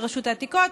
על רשות העתיקות,